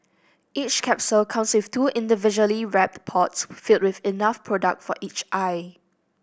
each capsule comes with two individually wrapped pods filled with enough product for each eye